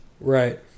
Right